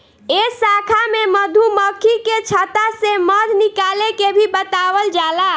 ए शाखा में मधुमक्खी के छता से मध निकाले के भी बतावल जाला